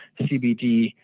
CBD